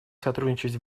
сотрудничать